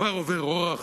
עבר עובר אורח,